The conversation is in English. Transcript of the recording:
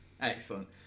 excellent